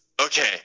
okay